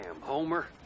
Homer